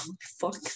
Fuck